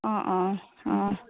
অঁ অঁ অঁ